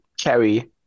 carry